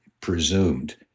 presumed